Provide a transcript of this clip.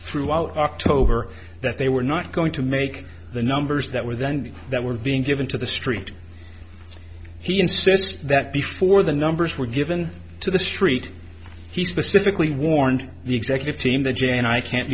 throughout october that they were not going to make the numbers that were then that were being given to the street he insists that before the numbers were given to the street he specifically warned the executive team that j and i can't